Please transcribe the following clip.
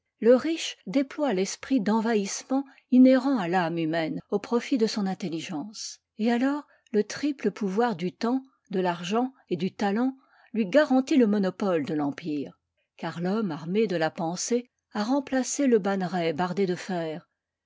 le riche déploie l'esprit d'envahissement inhérent à l'âme humaine au profit de son intelligence et alors le triple pouvoir du temps de l'argent et du talent lui garantit le monopole de l'empire car l'homme armé de la pensée a remplacé le banneret bardé de fer